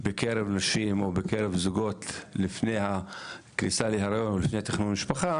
בקרב נשים או בקרב זוגות לפני הכניסה להריון או לפני תכנון משפחה